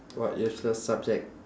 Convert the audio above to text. what useless subject